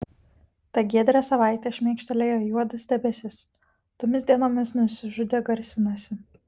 tą giedrią savaitę šmėkštelėjo juodas debesis tomis dienomis nusižudė garsinasi